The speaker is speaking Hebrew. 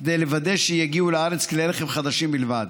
כדי לוודא שיגיעו לארץ כלי רכב חדשים בלבד.